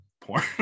porn